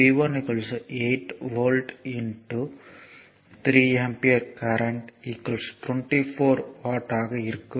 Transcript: P1 8 volt 3 ampere 24 watt ஆக இருக்கும்